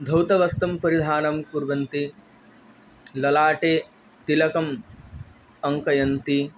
धौतवस्तं परिधानं कुर्वन्ति ललाटे तिलकम् अङ्कयन्ति